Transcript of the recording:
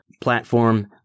platform